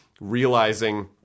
realizing